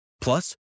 Plus